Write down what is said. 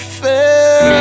fair